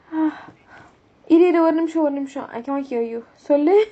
இரு இரு ஒரு நிமிஷம் ஒரு நிமிஷம்:iru iru oru nimisham oru nimisham I cannot hear you சொல்லு:sollu